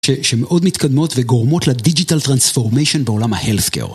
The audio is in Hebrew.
שמאוד מתקדמות וגורמות לדיג'יטל טרנספורמיישן בעולם ההלסקייר.